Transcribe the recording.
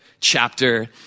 chapter